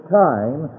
time